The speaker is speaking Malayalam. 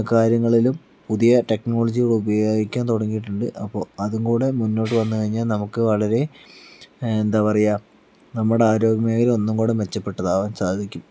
കാര്യങ്ങളിലും പുതിയ ടെക്നോളജികളുപയോഗിക്കാൻ തുടങ്ങിയിട്ടുണ്ട് അപ്പൊൾ അതും കൂടെ മുന്നോട്ട് വന്ന് കഴിഞ്ഞാ നമുക്ക് വളരെ എന്താ പറയുക നമ്മുടെ ആരോഗ്യ മേഖല ഒന്നും കൂടെ മെച്ചപ്പെട്ടത് ആകാൻ സാധിക്കും